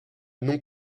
non